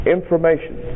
Information